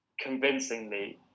convincingly